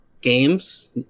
Games